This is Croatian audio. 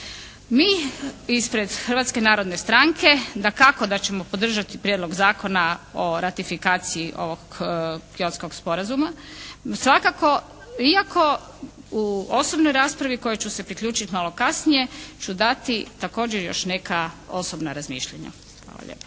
Mi ispred Hrvatske narodne stranke dakako da ćemo podržati Prijedlog Zakona o ratifikaciji ovog Kyotskog sporazuma, svakako iako u osobnoj raspravi kojoj ću se priključiti malo kasnije ću dati također još neka osobna razmišljanja. Hvala lijepo.